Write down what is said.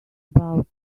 about